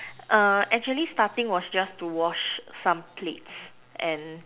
uh actually starting was just to wash some plates and